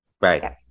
Right